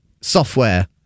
software